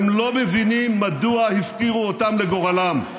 והם לא מבינים מדוע הפקירו אותם לגורלם.